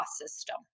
system